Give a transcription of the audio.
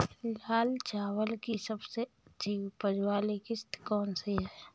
लाल चावल की सबसे अच्छी उपज वाली किश्त कौन सी है?